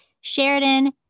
Sheridan